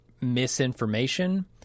misinformation